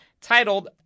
titled